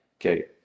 Okay